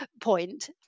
point